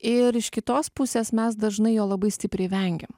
ir iš kitos pusės mes dažnai jo labai stipriai vengiam